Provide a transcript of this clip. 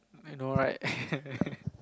I know right